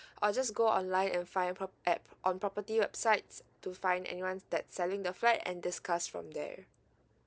or just go online and find pro~ app on property websites to find anyone that selling the flat and discuss from there